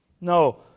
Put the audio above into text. No